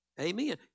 Amen